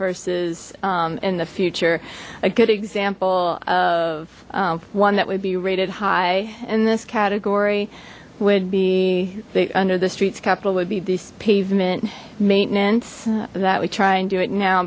versus in the future a good example of one that would be rated high in this category would be the under the streets capital would be this pavement maintenance that we try and do it now